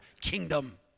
kingdom